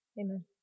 Amen